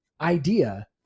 idea